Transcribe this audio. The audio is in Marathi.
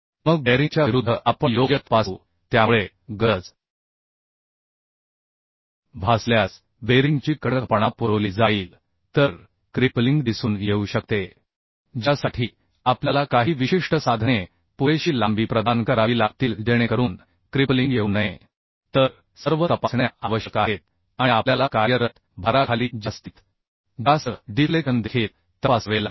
मग बेअरिंगच्या विरुद्ध आपण योग्य तपासू त्यामुळे गरज भासल्यास बेरिंगची कडकपणा पुरवली जाईल तर क्रिपलिंग दिसून येऊ शकते ज्यासाठी आपल्याला काही विशिष्ट साधने पुरेशी लांबी प्रदान करावी लागतील जेणेकरून क्रिपलिंग येऊ नये तर सर्व तपासण्या आवश्यक आहेत आणि आपल्याला कार्यरत भाराखाली जास्तीत जास्त डिफ्लेक्शन देखील तपासावे लागेल